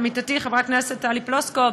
עמיתתי חברת הכנסת טלי פלוסקוב,